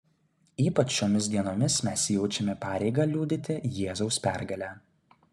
ypač šiomis dienomis mes jaučiame pareigą liudyti jėzaus pergalę